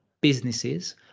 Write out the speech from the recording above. businesses